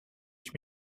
ich